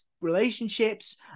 relationships